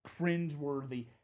cringeworthy